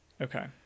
Okay